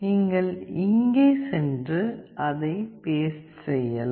நீங்கள் இங்கே சென்று அதை பேஸ்ட் செய்யலாம்